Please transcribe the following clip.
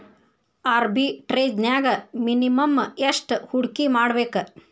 ಆರ್ಬಿಟ್ರೆಜ್ನ್ಯಾಗ್ ಮಿನಿಮಮ್ ಯೆಷ್ಟ್ ಹೂಡ್ಕಿಮಾಡ್ಬೇಕ್?